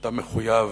שאתה מחויב